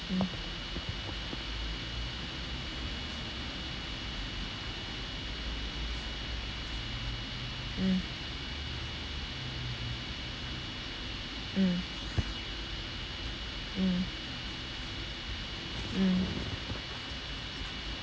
mm mm mm mm mm